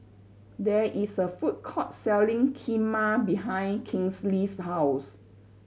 there is a food court selling Kheema behind Kinsley's house